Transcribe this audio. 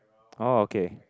oh okay